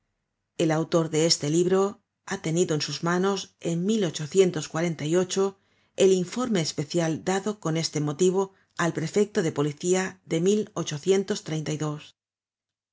el autor de este libro ha tenido en sus manos en el informe especial dado con este motivo al prefecto de policía de